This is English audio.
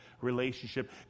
relationship